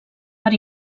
per